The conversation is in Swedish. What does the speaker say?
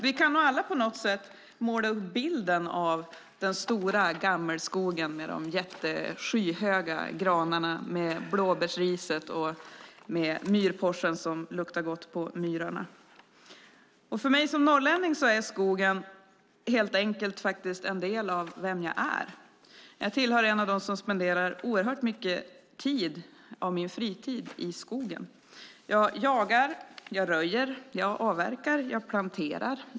Vi kan nog alla på något sätt måla upp bilden av den stora gammelskogen med de skyhöga granarna, med blåbärsriset och med myrporsen som luktar gott på myrarna. För mig, som norrlänning, är skogen helt enkelt en del av vem jag är. Jag tillhör dem som spenderar oerhört mycket av min fritid i skogen. Jag jagar. Jag röjer. Jag avverkar. Jag planterar.